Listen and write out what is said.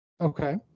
Okay